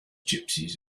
gypsies